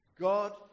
God